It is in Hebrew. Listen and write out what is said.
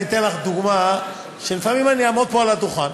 אני אתן לך דוגמה שלפעמים אני אעמוד פה על הדוכן